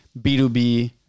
B2B